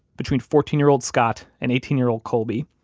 between fourteen year old scott and eighteen year old colby,